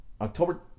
October